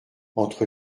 entre